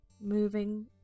moving